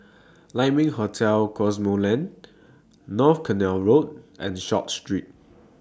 Lai Ming Hotel Cosmoland North Canal Road and Short Street